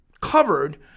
covered